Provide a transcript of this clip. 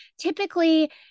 typically